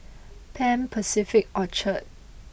Pan Pacific Orchard